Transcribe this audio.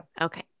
Okay